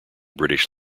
british